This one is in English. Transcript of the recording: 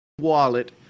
wallet